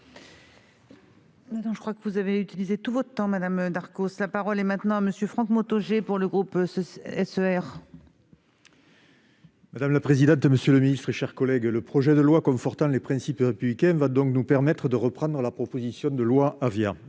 Madame la présidente, monsieur le secrétaire d'État, mes chers collègues, le projet de loi confortant les principes républicains va donc nous permettre de reprendre la loi Avia.